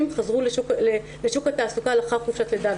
שחזרו לשוק התעסוקה לאחר חופשת לידה.